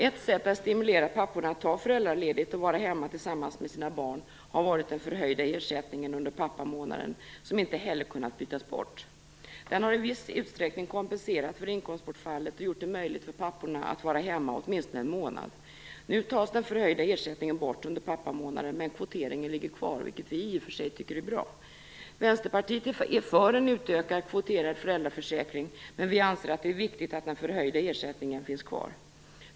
Ett sätt att stimulera papporna att ta föräldraledigt och vara hemma tillsammans med sina barn har varit den förhöjda ersättningen under pappamånaden som inte heller kunnat bytas bort. Den har i viss utsträckning kompenserat för inkomstbortfallet och gjort det möjligt för papporna att vara hemma åtminstone en månad. Nu tas den förhöjda ersättningen bort under pappamånaden medan kvoteringen ligger kvar, vilket vi i och för sig tycker är bra. Vänsterpartiet är för en utökad kvoterad föräldraförsäkring, men vi anser att det är viktigt att den förhöjda ersättningen finns kvar.